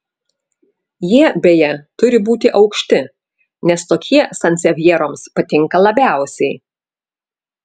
jie beje turi būti aukšti nes tokie sansevjeroms patinka labiausiai